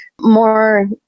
more